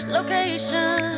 Location